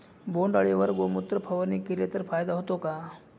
बोंडअळीवर गोमूत्र फवारणी केली तर फायदा होतो का?